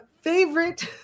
favorite